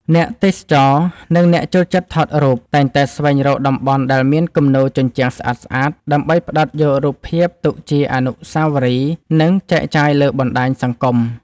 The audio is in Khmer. អ្នកទេសចរ និងអ្នកចូលចិត្តថតរូប តែងតែស្វែងរកតំបន់ដែលមានគំនូរជញ្ជាំងស្អាតៗ ដើម្បីផ្ដិតយករូបភាពទុកជាអនុស្សាវរីយ៍ និងចែកចាយលើបណ្ដាញសង្គម។